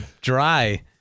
dry